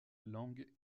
lang